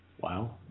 Wow